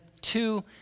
two